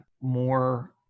more